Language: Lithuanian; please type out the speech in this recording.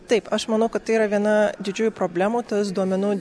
taip aš manau kad tai yra viena didžiųjų problemų tas duomenų